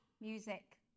music